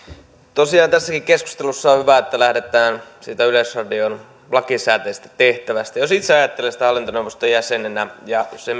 tosiaan tässäkin keskustelussa on hyvä että lähdetään yleisradion lakisääteisestä tehtävästä jos itse ajattelen sitä hallintoneuvoston jäsenenä niin se